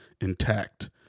intact